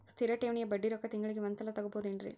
ಸ್ಥಿರ ಠೇವಣಿಯ ಬಡ್ಡಿ ರೊಕ್ಕ ತಿಂಗಳಿಗೆ ಒಂದು ಸಲ ತಗೊಬಹುದೆನ್ರಿ?